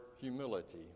humility